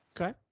Okay